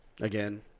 again